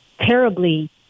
terribly